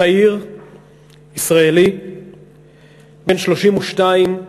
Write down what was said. צעיר ישראלי בן 32,